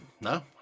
No